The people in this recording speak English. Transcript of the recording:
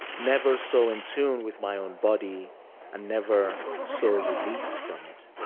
never so in tune with my own body and never so released from it,